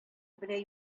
белән